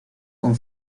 con